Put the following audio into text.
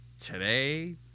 today